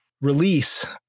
release